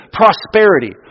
prosperity